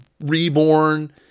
reborn